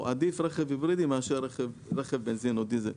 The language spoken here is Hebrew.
או עדיף רכב היברידי מאשר רכב בנזין או דיזל.